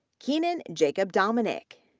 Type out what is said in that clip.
kenan jacob dominic,